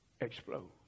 explode